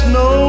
no